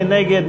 מי נגד?